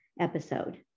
episode